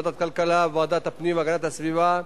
בוועדת הכלכלה ובוועדת הפנים והגנת הסביבה,